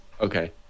Okay